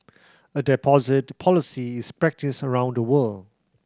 a deposit policy is practised around the world